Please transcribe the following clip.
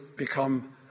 become